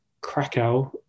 Krakow